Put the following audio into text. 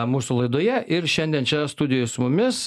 mūsų laidoje ir šiandien čia studijoj su mumis